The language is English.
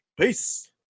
Peace